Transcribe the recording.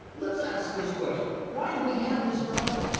let's ask this question why do we have this problem?